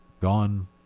gone